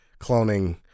cloning